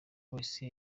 wese